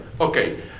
okay